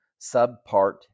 subpart